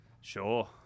Sure